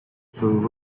though